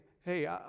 hey